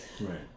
Right